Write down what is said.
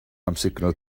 amsugno